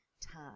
task